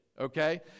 okay